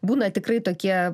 būna tikrai tokie